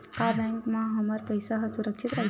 का बैंक म हमर पईसा ह सुरक्षित राइथे?